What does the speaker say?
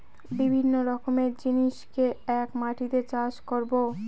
বিভিন্ন রকমের জিনিসকে এক মাটিতে চাষ করাবো